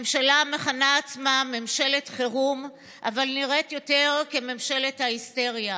ממשלה המכנה עצמה ממשלת חירום אבל נראית יותר כממשלת ההיסטריה,